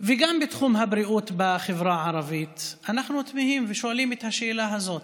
וגם בתחום הבריאות בחברה הערבית אנחנו תמהים ושואלים את השאלה הזאת: